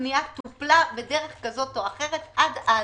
שהפנייה טופלה בדרך כזו או אחרת עד אז.